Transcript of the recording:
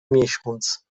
miesiąc